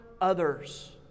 others